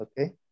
Okay